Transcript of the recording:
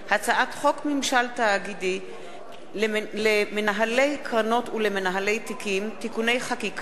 הצעת חוק ממשל תאגידי למנהלי קרנות ולמנהלי תיקים (תיקוני חקיקה),